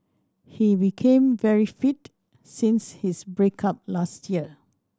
he became very fit since his break up last year